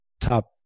top